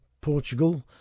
Portugal